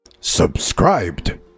Subscribed